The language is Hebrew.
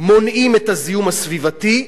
ומונעים את הזיהום הסביבתי,